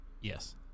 yes